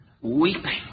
weeping